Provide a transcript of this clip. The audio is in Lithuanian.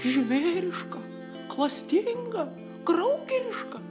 žvėriška klastinga kraugeriška